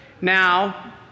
Now